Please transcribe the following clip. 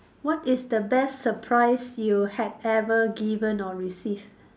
what is the best surprise you had ever given or receive